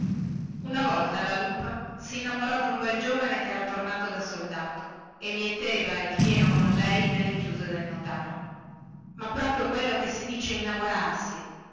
una volta la lupa si innamorò di un bel giovane che era tornato da soldato e mieteva il fieno con lei nelle chiuse del notaro ma proprio quello che si dice innamorarsi